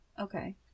Okay